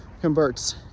converts